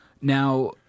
Now